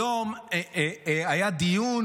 היום היה דיון